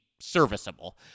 serviceable